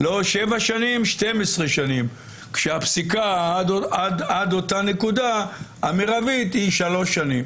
לא 7 שנים אלא 12 שנים כאשר הפסיקה המרבית עד אותה נקודה היא 3 שנים.